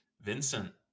Vincent